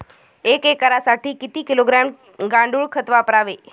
एक एकरसाठी किती किलोग्रॅम गांडूळ खत वापरावे?